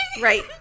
Right